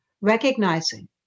recognizing